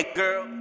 girl